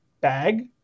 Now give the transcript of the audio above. bag